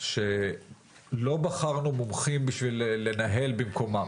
שלא בחרנו מומחים בשביל לנהל במקומם.